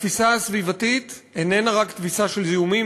התפיסה הסביבתית איננה רק תפיסה של זיהומים,